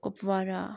Kupwara